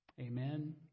Amen